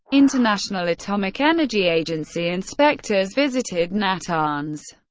international atomic energy agency inspectors visited natanz.